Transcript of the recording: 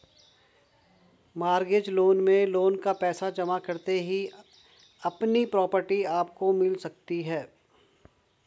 mortgage loan में loan का पैसा जमा करते ही अपनी प्रॉपर्टी आपको मिल सकती है